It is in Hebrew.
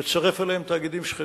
לצרף אליהם תאגידים שכנים.